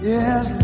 Yes